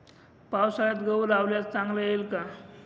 पावसाळ्यात गहू लावल्यास चांगला येईल का?